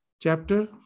chapter